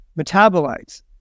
metabolites